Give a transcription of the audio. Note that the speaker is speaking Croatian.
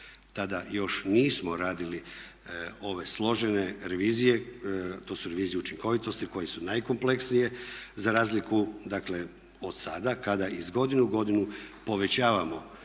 Tada još nismo radili ove složene revizije, to su revizije učinkovitosti koje su najkompleksnije za razliku dakle od sada kada iz godine u godinu povećavamo